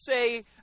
say